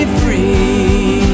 free